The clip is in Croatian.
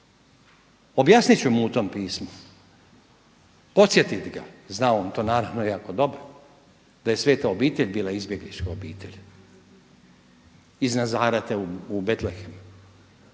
Objasnit ću mu u tom pismu, podsjetit ga, zna on to naravno jako dobro da je svega obitelj bila izbjeglička obitelj iz Nazareta u Betlehem,